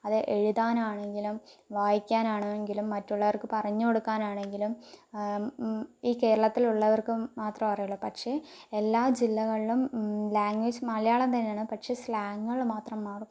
അത് എഴുതാൻ ആണെങ്കിലും വായിക്കാൻ ആണ് എങ്കിലും മറ്റുള്ളവർക്ക് പറഞ്ഞുകൊടുക്കാൻ ആണെങ്കിലും ഈ കേരളത്തിൽ ഉള്ളവർക്കും മാത്രം അറിയുള്ളൂ പക്ഷേ എല്ലാ ജില്ലകളിലും ലാംഗ്വേജ് മലയാളം തന്നെയാണ് പക്ഷേ സ്ലാങ്ങുകള് മാത്രം മാറും